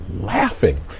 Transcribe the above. laughing